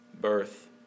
birth